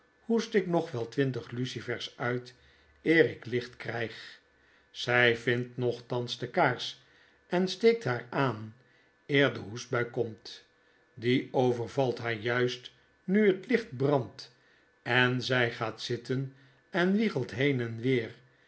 hoest ik nog wel twintig lucifers uit eer ik licht kqjg zjj vindt nochtans de kaars en steekt haar aan eer de hoestbui komt die overvalt haar juist nu het licht brandt en zy gaat zitten en wiegelt heen en weer